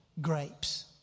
grapes